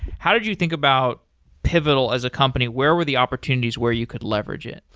how did you think about pivotal as a company? where were the opportunities where you could leverage it?